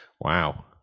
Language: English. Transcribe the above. Wow